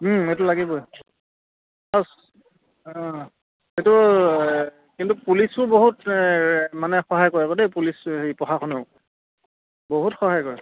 সেইটো লাগিবই অঁ এইটো কিন্তু পুলিচো বহুত মানে সহায় কৰে বাৰু দেই মানে পুলিচ হেৰি প্ৰশাসনে বহুত সহায় কৰে